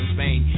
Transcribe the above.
Spain